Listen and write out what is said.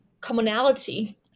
commonality